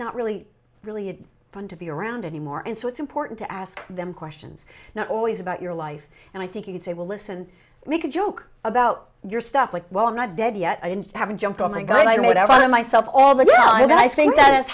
not really really fun to be around anymore and so it's important to ask them questions not always about your life and i think you could say well listen i make a joke about your stuff like well i'm not dead yet i haven't jumped on my god i made myself all that i mean i think that has